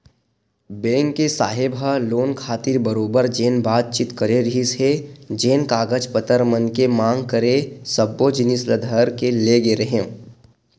bank के साहेब ह लोन खातिर बरोबर जेन बातचीत करे रिहिस हे जेन कागज पतर मन के मांग करे सब्बो जिनिस ल धर के लेगे रेहेंव